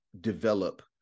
develop